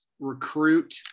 recruit